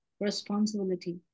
responsibility